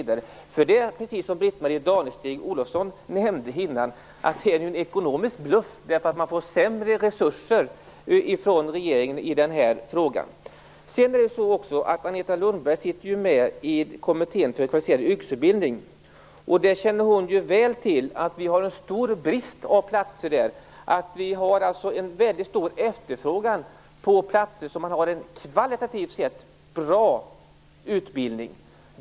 Det är precis som Britt-Marie Danestig-Olofsson nämnde tidigare: Detta är en ekonomisk bluff, eftersom man får sämre resurser från regeringen i den här frågan. Agneta Lundberg sitter ju med i Kommittén för kvalificerad yrkesutbildning. Därför känner hon väl till att vi har en stor brist på platser inom den kvalificerade yrkesutbildningen. Det finns en väldigt stor efterfrågan på platser, och man har en kvalitativt bra utbildning.